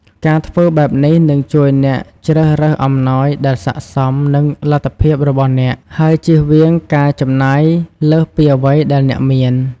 ការធ្វើបែបនេះនឹងជួយអ្នកជ្រើសរើសអំណោយដែលស័ក្តិសមនឹងលទ្ធភាពរបស់អ្នក ហើយជៀសវាងការចំណាយលើសពីអ្វីដែលអ្នកមាន។